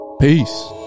peace